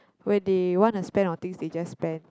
when they wanna spend on things they just spend